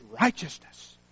righteousness